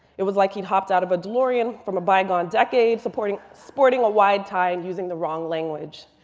it was like hopped out of a delorean from a bygone decade sporting sporting a wide tie and using the wrong language.